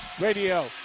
Radio